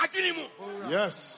Yes